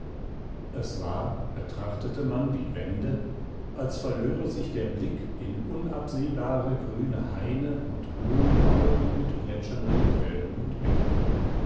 es war betrachtete man die wände als verlöre sich der blick in unabsehbare grüne haine und blumenauen mit plätschernden quellen und bächen